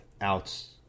outs